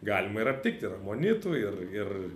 galima ir aptikti ir amonitų ir ir